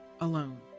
alone